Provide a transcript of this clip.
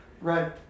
Right